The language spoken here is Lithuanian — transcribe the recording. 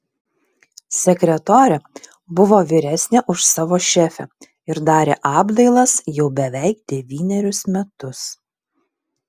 sekretorė buvo vyresnė už savo šefę ir darė apdailas jau beveik devynerius metus